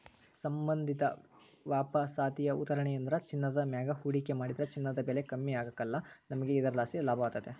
ಸಂಬಂಧಿತ ವಾಪಸಾತಿಯ ಉದಾಹರಣೆಯೆಂದ್ರ ಚಿನ್ನದ ಮ್ಯಾಗ ಹೂಡಿಕೆ ಮಾಡಿದ್ರ ಚಿನ್ನದ ಬೆಲೆ ಕಮ್ಮಿ ಆಗ್ಕಲ್ಲ, ನಮಿಗೆ ಇದರ್ಲಾಸಿ ಲಾಭತತೆ